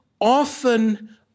often